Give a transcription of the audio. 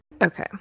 Okay